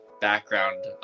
background